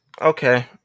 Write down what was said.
Okay